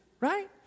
right